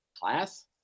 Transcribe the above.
Class